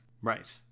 Right